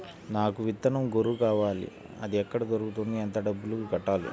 నాకు విత్తనం గొర్రు కావాలి? అది ఎక్కడ దొరుకుతుంది? ఎంత డబ్బులు కట్టాలి?